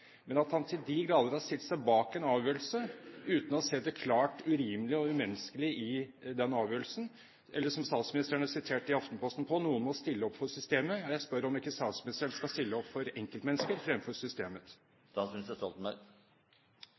han har til de grader stilt seg bak en avgjørelse uten å ha sett det klart urimelige og umenneskelige i den avgjørelsen. Eller som statsministeren er sitert på i Aftenposten, at noen må stille opp for systemet. Jeg spør om ikke statsministeren skal stille opp for enkeltmennesket fremfor systemet.